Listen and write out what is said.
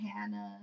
Hannah